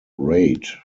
rate